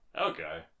Okay